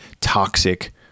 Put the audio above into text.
toxic